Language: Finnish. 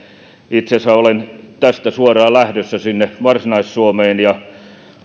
itse asiassa olen tästä suoraan lähdössä sinne varsinais suomeen ja